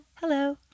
Hello